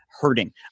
hurting